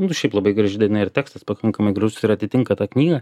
nu šiaip labai graži daina ir tekstas pakankamai gražus ir atitinka tą knygą